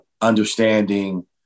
understanding